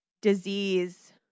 disease